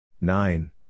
Nine